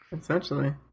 Essentially